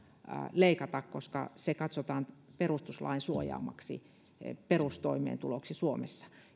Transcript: leikata koska se katsotaan perustuslain suojaamaksi perustoimeentuloksi suomessa